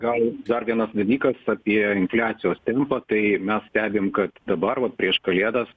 gal dar vienas dalykas apie infliacijos tempą tai mes stebim kad dabar vat prieš kalėdas